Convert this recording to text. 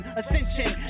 ascension